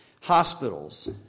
Hospitals